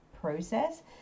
process